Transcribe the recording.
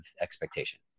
expectation